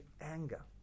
anger